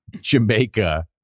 Jamaica